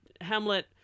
Hamlet